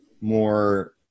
more